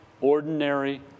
Ordinary